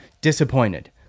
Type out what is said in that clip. disappointed